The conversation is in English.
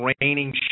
raining